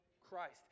Christ